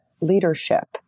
leadership